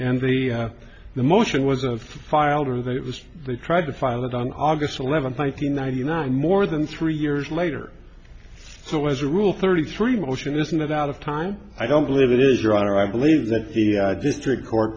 and the the motion was of filed or that it was they tried to file it on august eleventh five hundred ninety nine more than three years later so as a rule thirty three motion isn't that out of time i don't believe it is your honor i believe that the district court